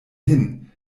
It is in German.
hin